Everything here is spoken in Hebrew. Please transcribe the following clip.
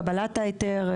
קבלת ההיתר,